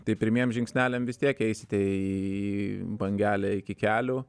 tai pirmiems žingsneliam vis tiek eisite į bangelę iki kelių